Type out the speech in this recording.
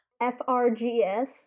F-R-G-S